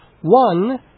One